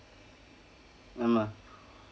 ஆமாம்:aamaam